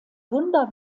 wunder